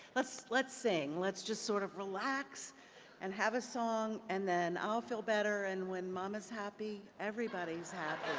let's let's sing. let's just sort of relax and have a song and then i'll feel better and when mama's happy, everybody is happy.